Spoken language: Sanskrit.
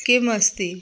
किम् अस्ति